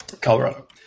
Colorado